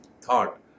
thought